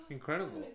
Incredible